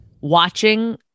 watching